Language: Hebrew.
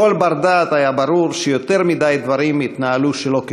לכל בר-דעת היה ברור שיותר מדי דברים התנהלו שלא כשורה.